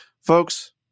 Folks